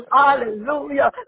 hallelujah